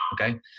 Okay